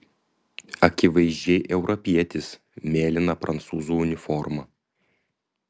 akivaizdžiai europietis mėlyna prancūzų uniforma